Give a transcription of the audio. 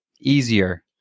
easier